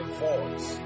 voice